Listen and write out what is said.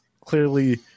clearly